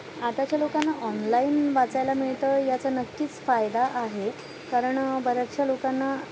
आताच्या लोकांना ऑनलाईन वाचायला मिळतं याचा नक्कीच फायदा आहे कारण बऱ्याचशा लोकांना